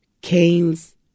canes